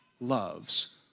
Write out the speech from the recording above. loves